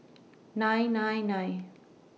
nine nine nine